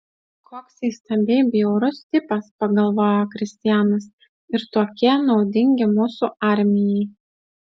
koks įstabiai bjaurus tipas pagalvojo kristianas ir tokie naudingi mūsų armijai